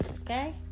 okay